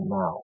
now